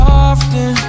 often